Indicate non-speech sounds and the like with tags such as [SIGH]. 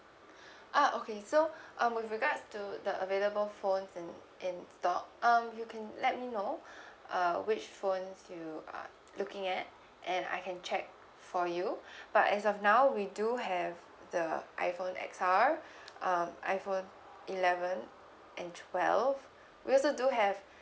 [BREATH] ah okay so [BREATH] um with regards to the available phones in in store um you can let me know [BREATH] uh which phones you are looking at [BREATH] and I can check for you [BREATH] but as of now we do have the iphone X R [BREATH] um iphone eleven and twelve we also do have [BREATH]